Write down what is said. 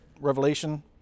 revelation